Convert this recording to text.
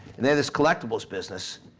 and then this collectibles business,